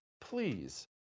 Please